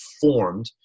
formed